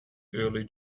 პირველი